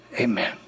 Amen